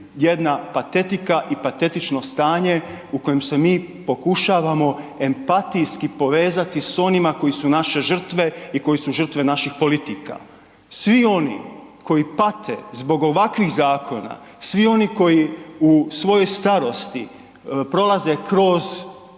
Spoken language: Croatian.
jedna patetika i patetično stanje u kojem se mi pokušavamo empatijski povezati sa onima koji su naše žrtve i koje su žrtve naših politika. Svi oni koji pate zbog ovakvih zakona, svi oni koji u svojoj starosti prolaze kroz